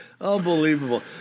Unbelievable